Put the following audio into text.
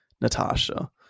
Natasha